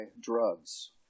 drugs